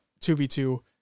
2v2